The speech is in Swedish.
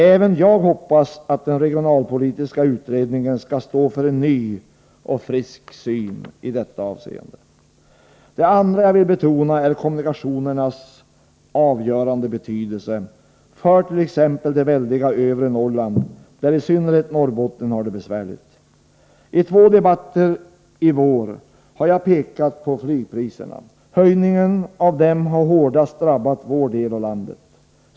Även jag hoppas att den regionalpolitiska utredningen skall stå för en ny och frisk syn i detta avseende. 2. Jag vill också betona kommunikationernas avgörande betydelse för t.ex. det väldiga övre Norrland, där i synnerhet Norrbotten har det besvärligt. I två debatter i vår har jag pekat på flygpriserna. Höjningen av dem har hårdast drabbat vår del av landet.